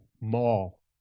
mall